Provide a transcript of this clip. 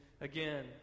again